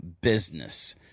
business